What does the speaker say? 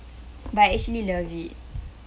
but I actually love it